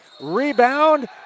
Rebound